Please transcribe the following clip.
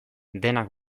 denak